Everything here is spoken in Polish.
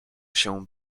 się